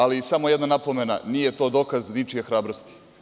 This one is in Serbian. Ali, samo jedna napomena, nije to dokaz ničije hrabrosti.